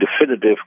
definitive